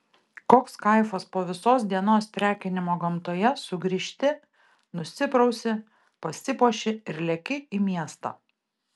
koks kaifas po visos dienos trekinimo gamtoje sugrįžti nusiprausi pasipuoši ir leki į miestą